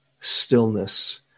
stillness